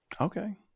Okay